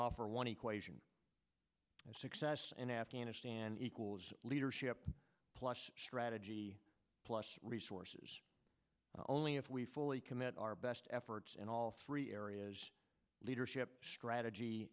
of success in afghanistan equals leadership plus strategy plus resources only if we fully commit our best efforts and all three areas leadership strategy